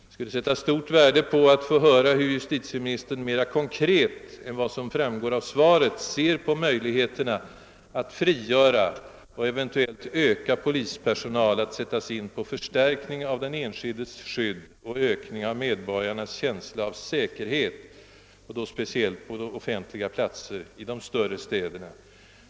Jag skulle sätta stort värde på att få höra hur justitieministern mera konkret än vad som framgått av svaret ser på möjligheterna att frigöra — och eventuellt öka — polispersonal att sättas in på förstärkning av den enskildes skydd och ökning av medborgarnas känsla av säkerhet, speciellt på offentliga platser i de större städerna.